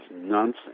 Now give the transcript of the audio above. nonsense